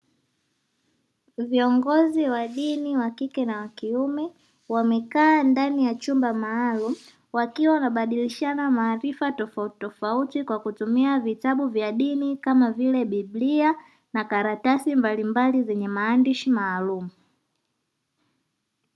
Viongozi wa dini wa kike na wakiume wamekaa ndani ya chumba maalumu wakiwa wanabadilishana maarifa tofautitofauti kwa kutumia vitabu vya dini kama vile biblia na karatasi mbalimbali zenye maandishi maalumu.